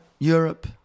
Europe